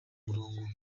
murongo